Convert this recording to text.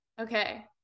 okay